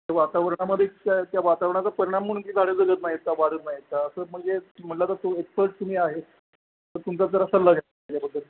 त्या वातावरणामध्ये त्या त्या वातावरणाचा परिणाम म्हणून जी झाडं जगत नाहीत किवा वाढत नाहीत असं म्हणजे म्हटलं तर तो एक्स्पर्ट तुम्ही आहे तर तुमचा जरा सल्ला घ्यावा त्याच्याबद्दल